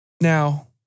Now